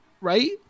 Right